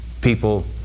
people